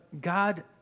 God